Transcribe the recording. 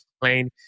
plane